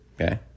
okay